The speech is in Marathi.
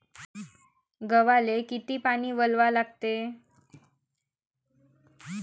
गव्हाले किती पानी वलवा लागते?